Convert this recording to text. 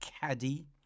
Caddy